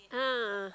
a'ah ah